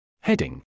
Heading